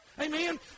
Amen